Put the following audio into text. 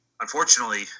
unfortunately